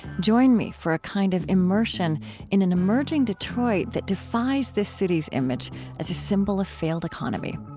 join me for a kind of immersion in an emerging detroit that defies this city's image as a symbol of failed economy.